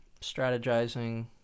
strategizing